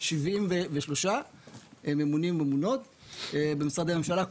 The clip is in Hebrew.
73 ממונים וממונות במשרדי הממשלה,